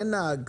אין נהג.